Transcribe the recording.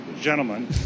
gentlemen